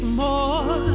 more